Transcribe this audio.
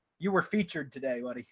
you were featured today, buddy?